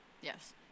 Yes